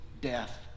Death